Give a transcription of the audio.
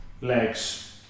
legs